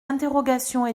interrogations